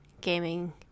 gaming